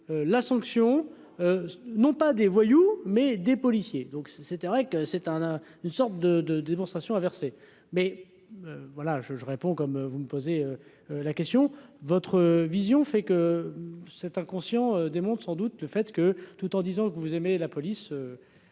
la sanction non pas des voyous, mais des policiers. Donc c'était vrai, que c'est un un, une sorte de de démonstration à verser mais voilà je je réponds comme vous me posez la question : votre vision fait que cet inconscient des mondes sans doute le fait que, tout en disant que vous aimez la police